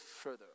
further